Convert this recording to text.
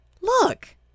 look